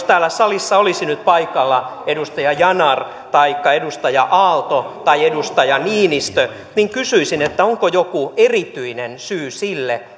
täällä salissa olisi nyt paikalla edustaja yanar taikka edustaja aalto tai edustaja niinistö kysyisin onko joku erityinen syy